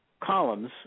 columns